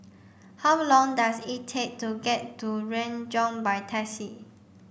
how long does it take to get to Renjong by taxi